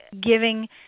giving